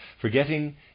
Forgetting